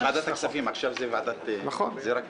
עכשיו זה רק